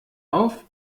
auf